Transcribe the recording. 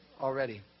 already